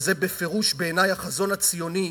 ובעיני זה בפירוש החזון הציוני,